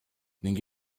ning